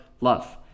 love